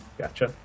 Gotcha